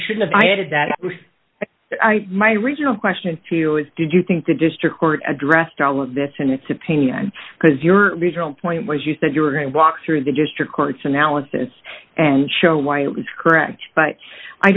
should have i added that my reasonable question to you is did you think the district court addressed all of this in its opinion because your original point was you said you were going to walk through the district courts analysis and show why it was correct but i